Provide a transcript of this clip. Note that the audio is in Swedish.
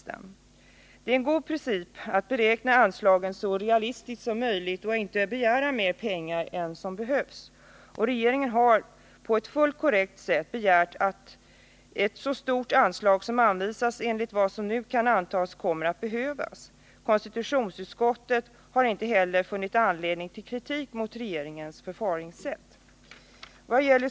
Det är en god princip att beräkna anslagen så realistiskt som möjligt och att inte begära mer pengar än som behövs. Regeringen har, på ett fullt korrekt sätt, begärt att ett så stort anslag skall anvisas som enligt vad som nu kan antas kommer att behövas. Konstitutionsutskottet har inte heller funnit anledning till kritik mot regeringens förfaringssätt.